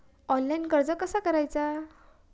Online कर्ज कसा करायचा?